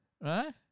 Right